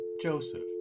Joseph